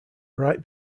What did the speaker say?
bright